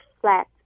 flat